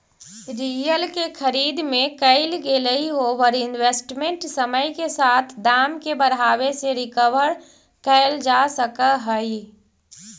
real के खरीद में कईल गेलई ओवर इन्वेस्टमेंट समय के साथ दाम के बढ़ावे से रिकवर कईल जा सकऽ हई